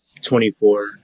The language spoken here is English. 24